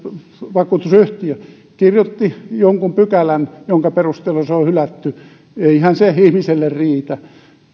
vakuutusyhtiö kirjoitti jonkun pykälän jonka perusteella se on hylätty eihän se ihmiselle riitä